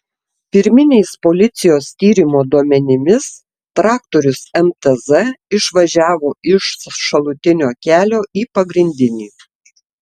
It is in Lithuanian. pirminiais policijos tyrimo duomenimis traktorius mtz išvažiavo iš šalutinio kelio į pagrindinį